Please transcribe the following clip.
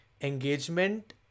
engagement